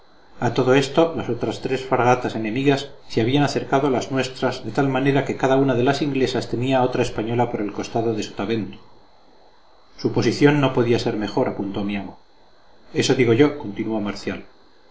a todo esto las otras tres fragatas enemigas se habían acercado a las nuestras de tal manera que cada una de las inglesas tenía otra española por el costado de sotavento su posición no podía ser mejor apuntó mi amo eso digo yo continuó marcial